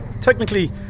Technically